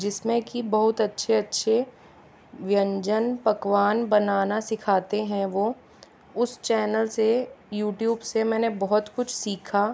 जिसमें कि बहुत अच्छे अच्छे व्यंजन पकवान बनाना सिखाते हैं वो उस चैनल से यूट्यूब से मैंने बहुत कुछ सीखा